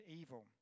evil